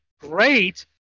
great